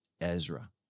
Ezra